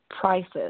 prices